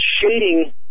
shading